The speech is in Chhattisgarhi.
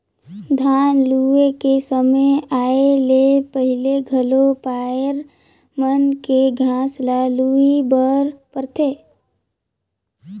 धान लूए के समे आए ले पहिले घलो पायर मन के घांस ल लूए बर परथे